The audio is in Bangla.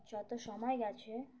যত সময় গেছে